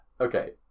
Okay